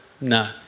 No